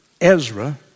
Ezra